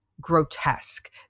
grotesque